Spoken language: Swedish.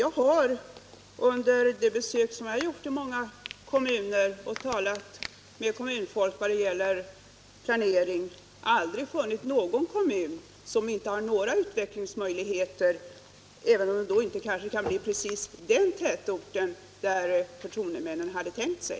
Jag har under de besök jag gjort i många kommuner, varvid jag talat med kommunfolk om sådana planeringsfrågor, aldrig funnit någon kommun som inte har några utvecklingsmöjligheter, även om expansionen kanske inte alltid kan komma precis i den tätort som förtroendemännen hade tänkt sig.